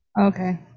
Okay